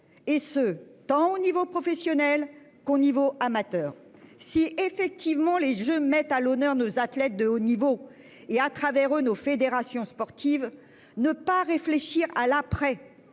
et ce, tant au niveau professionnel qu'au niveau amateur. Si effectivement les jeux met à l'honneur. Nos athlètes de haut niveau et à travers nos fédérations sportives ne pas réfléchir à l'après-en